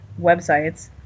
websites